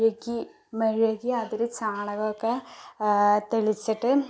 മെഴുകി മെഴുകി അതിൽ ചാണകമൊക്കെ തെളിച്ചിട്ട്